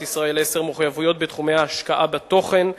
"ישראל 10" מחויבויות בתחומי ההשקעה בתוכן,